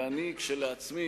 ואני כשלעצמי,